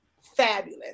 fabulous